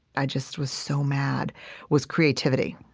i just was so mad was creativity